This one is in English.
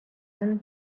than